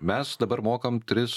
mes dabar mokam tris